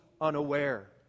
unaware